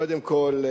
תודה, קודם כול,